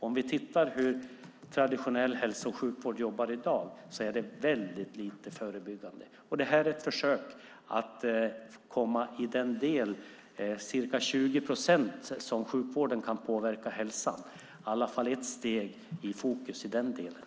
Om vi tittar på hur traditionell hälso och sjukvård jobbar i dag är det väldigt lite förebyggande arbete. Detta är ett försök att ta ett steg och fokusera på den del som sjukvården kan påverka hälsan, vilket är ca 20 procent.